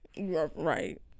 right